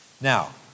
Now